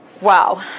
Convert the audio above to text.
wow